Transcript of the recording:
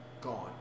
gone